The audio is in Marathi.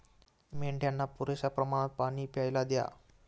मेंढ्यांना पुरेशा प्रमाणात पाणी प्यायला द्या